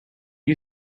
you